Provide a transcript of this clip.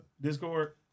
Discord